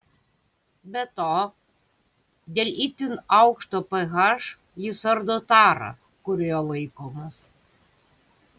be to dėl itin aukšto ph jis ardo tarą kurioje laikomas